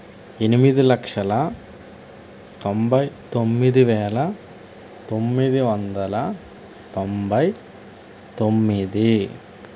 ఎనిమిది లక్షల తొంభై తొమ్మిది వేల తొమ్మిది వందల తొంభై తొమ్మిది